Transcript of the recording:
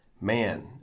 man